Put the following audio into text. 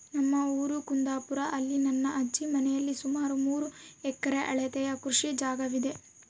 ನಮ್ಮ ಊರು ಕುಂದಾಪುರ, ಅಲ್ಲಿ ನನ್ನ ಅಜ್ಜಿ ಮನೆಯಲ್ಲಿ ಸುಮಾರು ಮೂರು ಎಕರೆ ಅಳತೆಯ ಕೃಷಿ ಜಾಗವಿದೆ